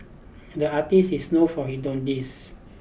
the artist is known for he